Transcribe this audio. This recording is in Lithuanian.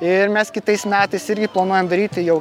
ir mes kitais metais irgi planuojam daryti jau